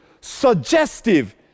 suggestive